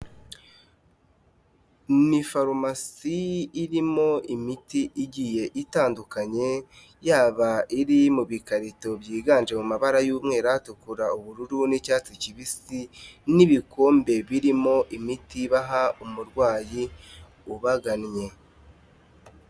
Ni farumasi irimo imiti igiye itandukanye yaba iri mu bikarito byiganje mu mabara y'umweru, atukura, ubururu n'icyatsi kibisi n'ibikombe birimo imiti baha umurwayi ubagannye.